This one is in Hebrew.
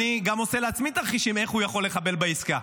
אני גם עושה לעצמי תרחישים איך הוא יכול לחבל בעסקה,